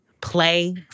play